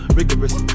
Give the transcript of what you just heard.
rigorous